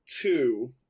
two